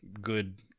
good